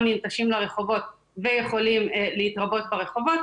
ננטשים לרחובות ויכולים להתרבות ברחובות,